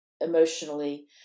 emotionally